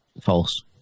False